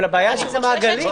אבל הבעיה שזה מעגלי.